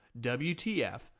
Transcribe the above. WTF